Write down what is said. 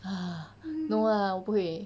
ah no lah 我不会